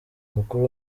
mukuru